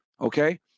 okay